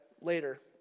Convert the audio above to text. later